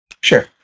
Sure